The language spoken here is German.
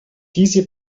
diese